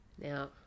Now